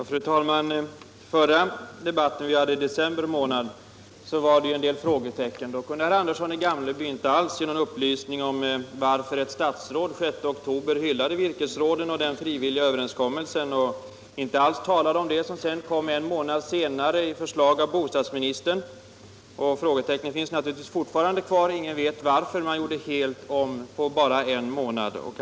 Fru talman! I förra debatten i december fanns en del frågetecken. Då kunde herr Andersson i Gamleby inte alls ge någon upplysning om varför ett statsråd den 6 oktober hyllade virkesråden och den frivilliga överenskommelsen och inte alls talade om det förslag som kom en månad senare från bostadsministern. Frågetecknen finns kvar. Ingen vet varför man i regeringen gjorde helt om på bara en månad.